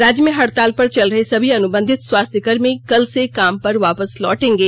राज्य में हड़ताल पर चल रहे सभी अनुबंधित स्वास्थ्य कर्मी कल से काम पर वापस लौटेंगे